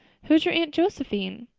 who is your aunt josephine?